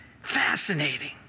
Fascinating